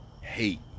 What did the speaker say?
hate